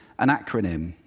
an acronym.